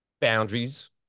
boundaries